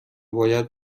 باید